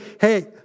hey